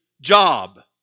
job